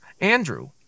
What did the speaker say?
Andrew